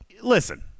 listen